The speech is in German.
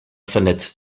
vernetzt